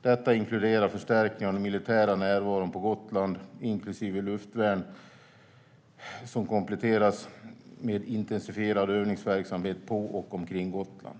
Detta inkluderar förstärkningen av den militära närvaron på Gotland, inklusive luftvärn, som kompletteras med en intensifierad övningsverksamhet på och omkring Gotland.